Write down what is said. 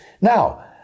Now